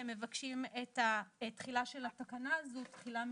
הם מבקשים את התחילה של התקנה הזאת תחילה מיידית.